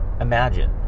imagine